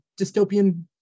dystopian